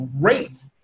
great